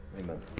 Amen